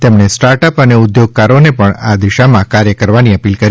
તેમણે સ્ટાર્ટઅપ અને ઉદ્યોગકારોને પણ આ દિશામાં કાર્ય કરવાની અપીલ કરી